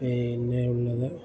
പിന്നെയുള്ളത്